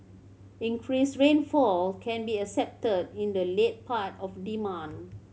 increased rainfall can be expected in the late part of the month